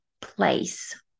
place